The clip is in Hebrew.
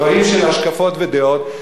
דברים של השקפות ודעות,